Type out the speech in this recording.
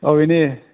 बबेनि